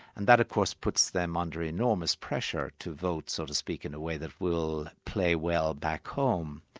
and that of course puts them under enormous pressure to vote, so to speak, in a way that will play well back home.